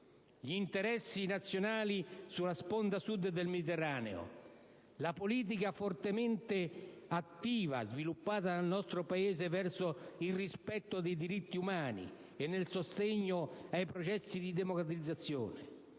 Gli interessi nazionali sulla sponda Sud del Mediterraneo, la politica fortemente attiva sempre sviluppata dal nostro Paese verso il rispetto dei diritti umani e nel sostegno ai processi di democratizzazione,